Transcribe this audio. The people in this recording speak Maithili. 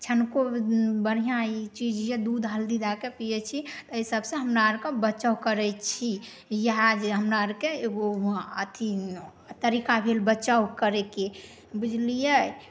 छनको बढ़िऑं ई चीज यऽ दूध हल्दी दऽके पियै छी एहि सब से हमरा आरके बचाव करै छी यहए जे हमरा आरके एगो अथी तरीका भेल बचाव करैके बुझलिए